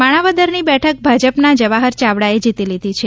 માણાવદરની બેઠક ભાજપના જવાબર ચાવડાએ જીતી લીધી છે